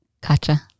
Gotcha